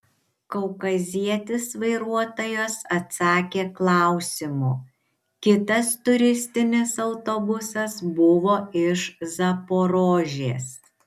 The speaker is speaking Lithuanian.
kaukazietis vairuotojas atsakė klausimu kitas turistinis autobusas buvo iš zaporožės